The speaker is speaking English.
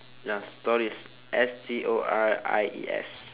ya stories S T O R I E S